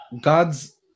God's